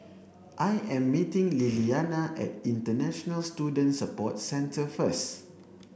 I am meeting Lilliana at International Student Support Centre first